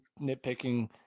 nitpicking